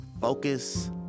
focus